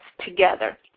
together